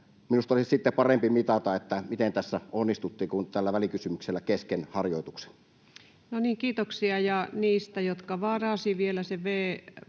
Minusta olisi parempi mitata sitten, miten tässä onnistuttiin, kuin tällä välikysymyksellä kesken harjoituksen. No niin, kiitoksia. — Ja heistä, jotka varasivat vielä V-painikkeella,